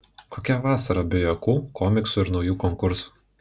kokia vasara be juokų komiksų ir naujų konkursų